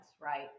right